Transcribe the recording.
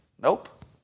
Nope